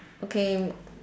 okay